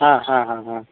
ಹಾಂ ಹಾಂ ಹಾಂ ಹಾಂ